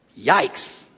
yikes